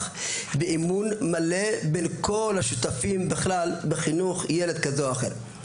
ואמון מלא בין כל השותפים בכלל בחינוך ילד כזה או אחר.